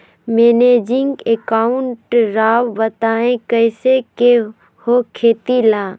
Managing account राव बताएं कैसे के हो खेती ला?